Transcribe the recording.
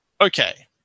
Okay